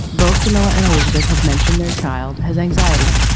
both jamila and elisabeth have mentioned their child has anxiety.